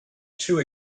two